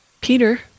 Peter